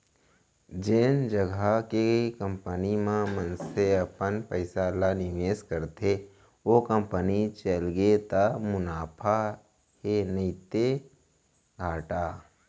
जेन जघा के कंपनी म मनसे अपन पइसा ल निवेस करथे ओ कंपनी चलगे त मुनाफा हे नइते घाटा